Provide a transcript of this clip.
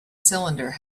cylinder